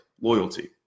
loyalty